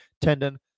tendon